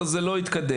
זה לא התקדם.